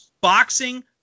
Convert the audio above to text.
Boxing